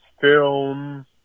film